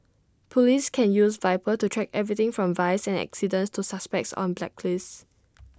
Police can use Viper to track everything from vice and accidents to suspects on blacklists